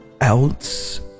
else